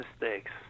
mistakes